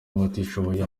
abatishoboye